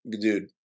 dude